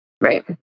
Right